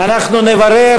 אנחנו נברר